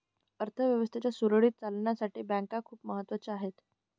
अर्थ व्यवस्थेच्या सुरळीत चालण्यासाठी बँका खूप महत्वाच्या आहेत